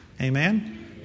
Amen